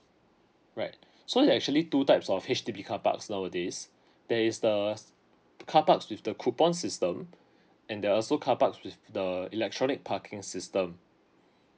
right so there are actually two types of H_D_B carparks nowadays there is the carparks with the coupon system and there are also carparks with the electronic parking system